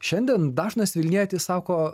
šiandien dažnas vilnietis sako